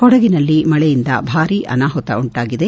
ಕೊಡಗಿನಲ್ಲಿ ಮಳೆಯಿಂದ ಭಾರೀ ಅನಾಮತ ಆಗಿದೆ